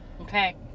okay